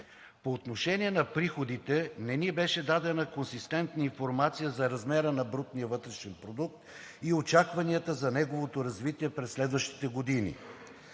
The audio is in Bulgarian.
По отношение на приходите не ни беше дадена консистентна информация за размера на брутния вътрешен продукт и очакванията за неговото развитие през следващите години,